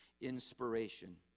Inspiration